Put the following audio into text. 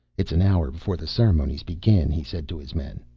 it's an hour before the ceremonies begin, he said to his men.